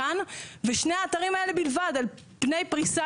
ושני האתרים האלה בלבד על פני פריסה